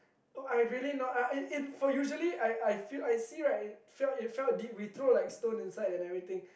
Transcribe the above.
I really not uh it it for usually I I feel I see right it felt it felt deep we throw like stone inside and everything